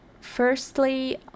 Firstly